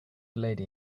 lady